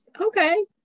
Okay